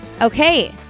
Okay